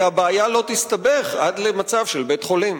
כי הבעיה לא תסתבך עד למצב של בית-חולים.